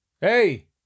hey